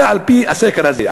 זה על-פי הסקר הזה.